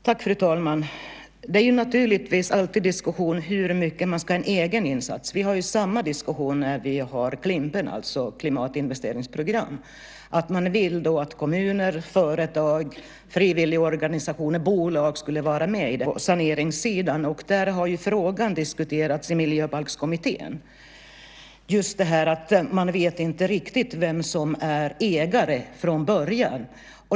Fru talman! Det är naturligtvis alltid diskussion om hur mycket som ska vara en egen insats. Vi har ju samma diskussion när det gäller Klimp, alltså klimatinvesteringsprogram. Man vill att kommuner, företag, frivilligorganisationer och bolag ska vara med i det här arbetet. Jag vet att det har varit problem på saneringssidan. Frågan har ju diskuterats i Miljöbalkskommittén, just det här att man inte riktigt vet som är ägare från början.